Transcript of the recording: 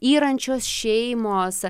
irančios šeimos